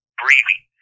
breathing